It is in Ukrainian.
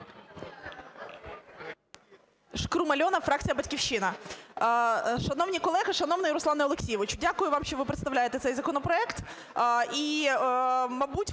Шкрум Альона, фракція "Батьківщина". Шановні колеги, шановний Руслане Олексійовичу! Дякую вам, що ви представляєте цей законопроект.